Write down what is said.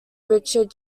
richard